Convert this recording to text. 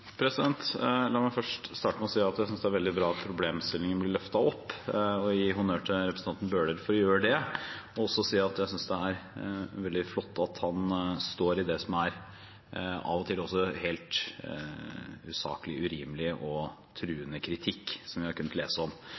La meg først starte med å si at jeg synes det er veldig bra at problemstillingen blir løftet opp. Jeg vil gi honnør til representanten Bøhler for å gjøre det. Jeg vil også si at jeg synes det er veldig flott at han står i det som av og til er helt usaklig, urimelig og truende kritikk, som vi har kunnet lese om.